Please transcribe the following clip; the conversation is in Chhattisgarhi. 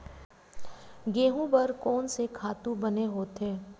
गेहूं बर कोन से खातु बने होथे?